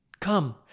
Come